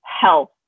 health